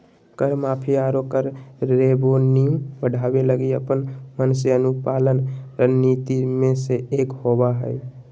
कर माफी, आरो कर रेवेन्यू बढ़ावे लगी अपन मन से अनुपालन रणनीति मे से एक होबा हय